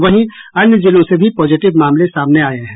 वहीं अन्य जिलों से भी पॉजिटिव मामले सामने आये हैं